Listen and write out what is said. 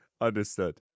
Understood